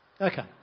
okay